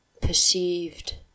perceived